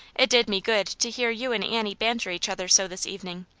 it did me good to hear you and annie ban ter each other so this evening,